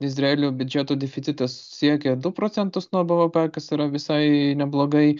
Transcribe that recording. izraelio biudžeto deficitas siekė du procentus nuo bvp kas yra visai neblogai